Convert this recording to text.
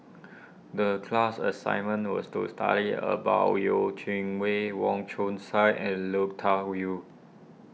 the class assignment was to study about Yeo Qing Wei Wong Chong Sai and Lui Tuck Yew